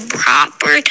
proper